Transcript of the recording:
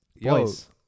boys